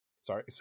Sorry